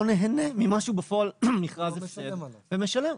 נהנה ממה שהוא בפועל מכרז הפסד ומשלם.